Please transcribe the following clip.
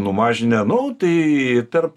numažinę nu tai tarp